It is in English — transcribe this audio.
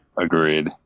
Agreed